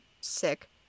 sick